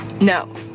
No